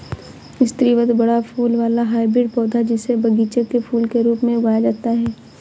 स्रीवत बड़ा फूल वाला हाइब्रिड पौधा, जिसे बगीचे के फूल के रूप में उगाया जाता है